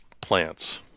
plants